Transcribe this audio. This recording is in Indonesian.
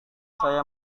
saya